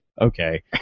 okay